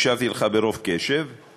הקשבתי לך ברוב קשב,